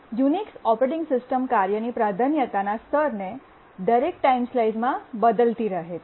Unix operating system કાર્યની પ્રાધાન્યતાના સ્તરને દરેક ટાઈમ સ્લાઈસમાં બદલતી રહે છે